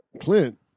Clint